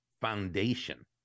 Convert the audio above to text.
foundation